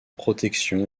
protection